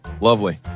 Lovely